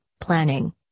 planning